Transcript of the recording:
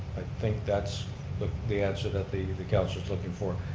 think that's the the answer that the the councilor is looking for,